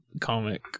comic